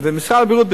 ומשרד הבריאות,